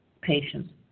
patients